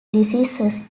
diseases